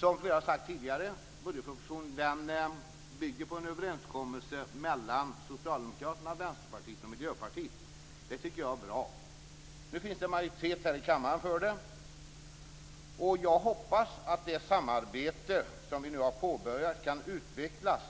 Som flera sagt tidigare bygger budgetpropositionen på en överenskommelse mellan Socialdemokraterna, Vänsterpartiet och Miljöpartiet. Det tycker jag är bra. Nu finns det majoritet här i kammaren för den. Jag hoppas att det samarbete som vi nu har påbörjat kan utvecklas